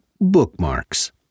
Bookmarks